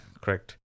correct